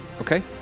Okay